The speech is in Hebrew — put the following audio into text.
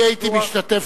אם אני הייתי משתתף,